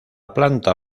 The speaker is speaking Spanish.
planta